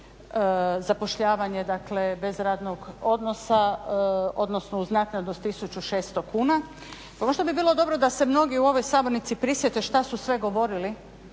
zapošljavanje bez radnog odnosa odnosno uz naknadu s 1.600 kuna pa možda bi bilo dobro da se mnogi u ovoj sabornici prisjete šta su sve govorili